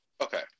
okay